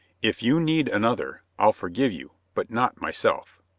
if you need another, i'll forgive you, but not myself.